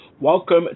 Welcome